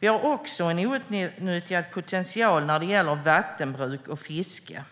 Vi har också en outnyttjad potential när det gäller vattenbruk och fiske.